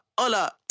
hola